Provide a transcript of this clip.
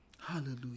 Hallelujah